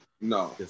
No